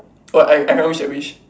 what I I cannot wish that wish